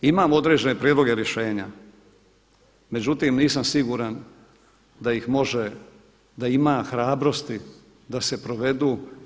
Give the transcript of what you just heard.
Imam određene prijedloge rješenja, međutim nisam siguran da ih može, da ima hrabrosti da se provedu.